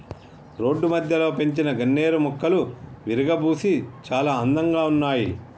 road మధ్యలో పెంచిన గన్నేరు మొక్కలు విరగబూసి చాలా అందంగా ఉన్నాయి